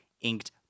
inked